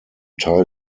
teil